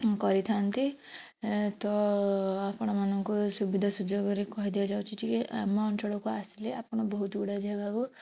କରିଥାନ୍ତି ତ ଆପଣମାନଙ୍କୁ ସୁବିଧା ସୁଯୋଗରେ କହି ଦିଆଯାଉଛି ଯେ ଆମ ଅଞ୍ଚଳକୁ ଆସିଲେ ଆପଣ ବହୁତ ଗୁଡ଼ାଏ ଜାଗାକୁ